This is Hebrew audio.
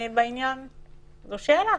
זו שאלה